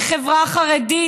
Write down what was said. כחברה חרדית,